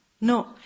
No